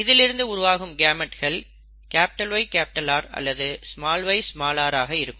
இதிலிருந்து உருவாகும் கேமெட்கள் YR அல்லது yr ஆக இருக்கும்